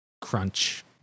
crunch